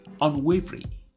unwavering